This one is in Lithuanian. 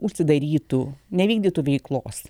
užsidarytų nevykdytų veiklos